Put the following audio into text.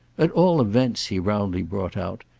at all events, he roundly brought out,